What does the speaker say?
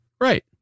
right